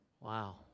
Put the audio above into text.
Wow